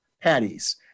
Patties